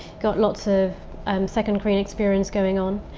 got lots of um second great experience going on,